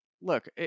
look